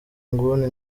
nguni